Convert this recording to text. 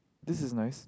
this is nice